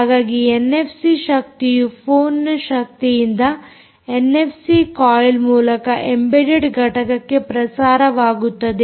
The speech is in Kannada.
ಹಾಗಾಗಿ ಎನ್ಎಫ್ಸಿ ಶಕ್ತಿಯು ಫೋನ್ನ ಶಕ್ತಿಯಿಂದ ಎನ್ಎಫ್ಸಿ ಕಾಯಿಲ್ ಮೂಲಕ ಎಂಬೆಡೆಡ್ ಘಟಕಕ್ಕೆ ಪ್ರಸಾರವಾಗುತ್ತದೆ